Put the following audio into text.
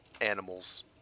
animals